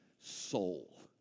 soul